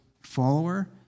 follower